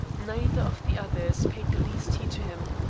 neither of the others paid the least heed to him.